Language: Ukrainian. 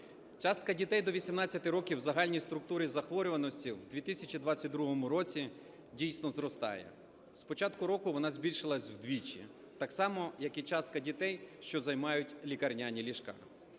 Частка дітей до 18 років в загальній структурі захворюваності в 2022 році дійсно зростає, з початку року вона збільшилась вдвічі так само, як і частка дітей, що займають лікарняні ліжка.